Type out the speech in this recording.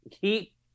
Keep